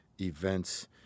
events